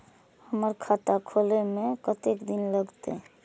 हमर खाता खोले में कतेक दिन लगते?